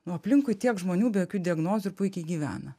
nu aplinkui tiek žmonių be jokių diagnozių ir puikiai gyvena